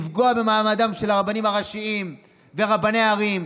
לפגוע במעמדם של הרבנים הראשיים ורבני הערים,